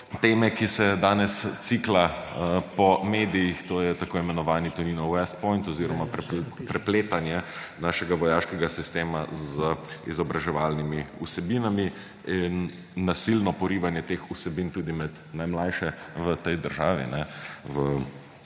teme, ki se danes cikla po medijih, to je tako imenovani Toninov West Point oziroma prepletanje našega vojaškega sistema z izobraževalnimi vsebinami in nasilno porivanje teh vsebin tudi med najmlajše v tej državi